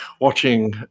watching